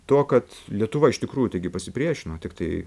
to kad lietuva iš tikrųjų taigi pasipriešino tiktai